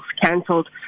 cancelled